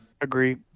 Agree